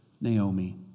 Naomi